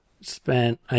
spent